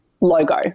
logo